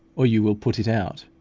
or you will put it out.